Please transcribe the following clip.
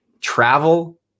travel